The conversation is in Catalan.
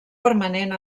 permanent